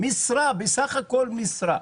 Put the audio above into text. בסך הכול משרה.